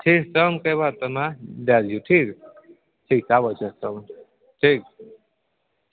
ठीक कम कै के बाद तऽ माछ दै दिहौ ठीक ठीक तऽ आबै छिअऽ तब ठीक